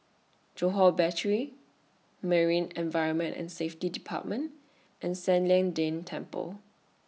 Johore Battery Marine Environment and Safety department and San Lian Deng Temple